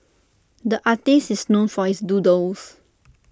the artist is known for his doodles